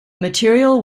material